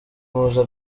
muza